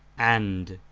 and